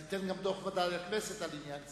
ודאי גם תיתן לכנסת דוח על עניין זה.